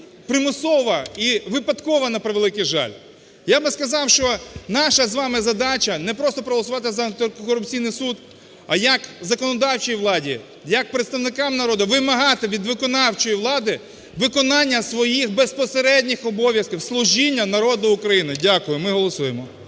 примусова і випадкова, на превеликий жаль. Я би сказав, що наша з вами задача не просто проголосувати за антикорупційний суд, а як законодавчій владі, як представникам народу вимагати від виконавчої влади виконання своїх безпосередніх обов'язків служіння народу України. Дякую. Ми голосуємо.